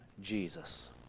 Jesus